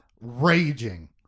raging